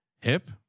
hip